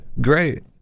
great